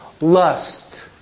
lust